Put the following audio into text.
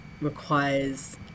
requires